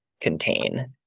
contain